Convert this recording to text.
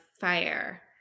fire